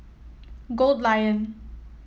Goldlion